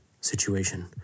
situation